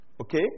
Okay